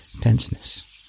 tenseness